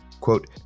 Quote